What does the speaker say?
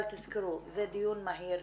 אבל תזכרו, זה דיון מהיר.